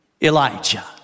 Elijah